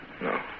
No